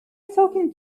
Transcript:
talking